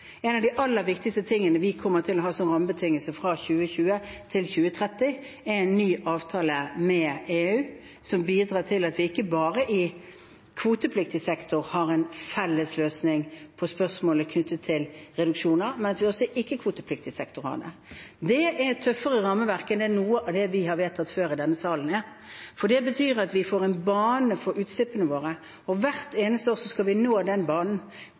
En av de aller viktigste tingene vi kommer til å ha som rammebetingelse fra 2020 til 2030, er en ny avtale med EU som bidrar til at vi ikke bare i kvotepliktig sektor har en felles løsning på spørsmål knyttet til reduksjoner, men at vi også i ikke-kvotepliktig sektor har det. Det er et tøffere rammeverk enn noe av det vi har vedtatt før i denne salen, for det betyr at vi får en bane for utslippene våre, og hvert eneste år skal vi nå den banen.